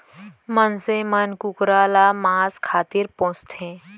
मनसे मन कुकरा ल मांस खातिर पोसथें